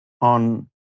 on